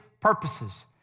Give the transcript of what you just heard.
purposes